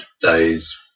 days